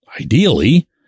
ideally